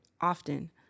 often